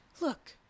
Look